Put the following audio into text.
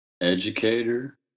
educator